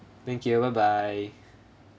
thank you bye bye